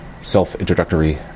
self-introductory